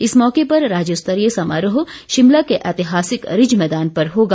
इस मौके पर राज्यस्तरीय समारोह शिमला के ऐतिहासिक रिज मैदान पर होगा